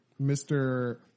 Mr